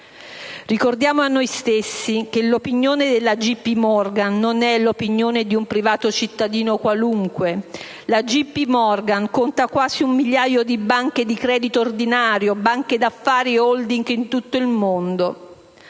Ricordiamo a noi stessi che l'opinione di J.P. Morgan non è l'opinione di un privato cittadino qualunque, perché tale istituto conta quasi un migliaio di banche di credito ordinario, banche d'affari e *holding* in tutto il mondo.